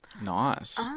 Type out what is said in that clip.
Nice